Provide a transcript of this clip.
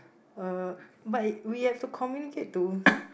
uh but we have to communicate to